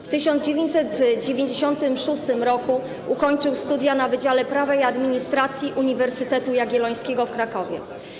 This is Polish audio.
W 1996 r. ukończył studia na Wydziale Prawa i Administracji Uniwersytetu Jagiellońskiego w Krakowie.